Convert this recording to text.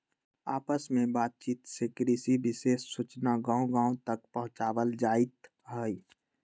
आपस में बात चित से कृषि विशेष सूचना गांव गांव तक पहुंचावल जाईथ हई